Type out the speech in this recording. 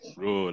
Bro